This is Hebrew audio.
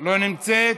לא נמצאת,